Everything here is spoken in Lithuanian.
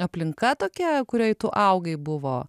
aplinka tokia kurioj tu augai buvo